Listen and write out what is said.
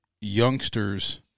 youngsters